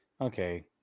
Okay